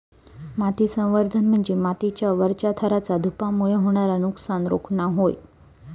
माती संवर्धन म्हणजे मातीच्या वरच्या थराचा धूपामुळे होणारा नुकसान रोखणा होय